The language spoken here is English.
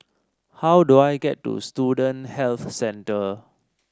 how do I get to Student Health Centre